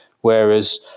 Whereas